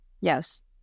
yes